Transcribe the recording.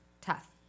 tough